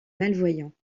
malvoyants